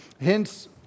hence